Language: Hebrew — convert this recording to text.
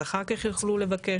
אז אחר-כך יוכלו לבקש.